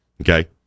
Okay